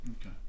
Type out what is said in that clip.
Okay